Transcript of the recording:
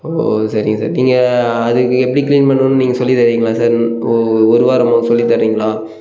ஓ சரிங்க சார் நீங்க அதுக்கு எப்டி க்ளீன் பண்ணணுன்னு நீங்க சொல்லித் தரீங்களா சார் இன் ஓ ஒரு வாரமாகவும் சொல்லித் தரீங்களா